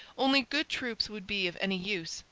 only good troops would be of any use,